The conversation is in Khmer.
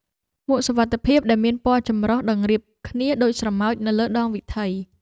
មួកសុវត្ថិភាពដែលមានពណ៌ចម្រុះតម្រៀបគ្នាដូចស្រមោចនៅលើដងវិថី។